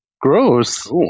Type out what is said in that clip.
Gross